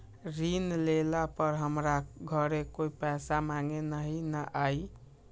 ऋण लेला पर हमरा घरे कोई पैसा मांगे नहीं न आई?